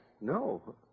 No